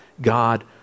God